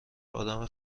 آدم